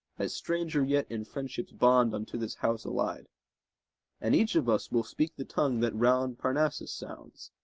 as stranger yet in friendship's bond unto this house allied and each of us will speak the tongue that round parnassus sounds,